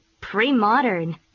pre-modern